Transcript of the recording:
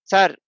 Sir